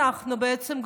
בעצם,